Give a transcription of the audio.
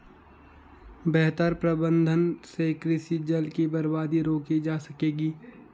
बेहतर प्रबंधन से कृषि जल की बर्बादी रोकी जा सकेगी